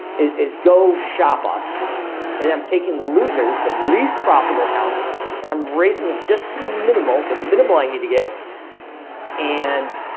is go shop us and i'm taking the losers the least profitable counts and i'm raising them just to the minimal the minimum i need to get and